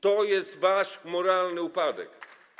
To jest wasz moralny upadek.